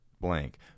blank